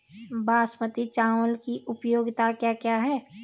बासमती चावल की उपयोगिताओं क्या क्या हैं?